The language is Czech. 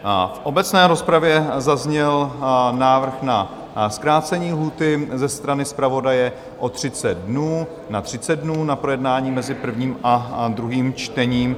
V obecné rozpravě zazněl návrh na zkrácení lhůty ze strany zpravodaje o 30 dnů na 30 dnů na projednání mezi prvním a druhým čtením.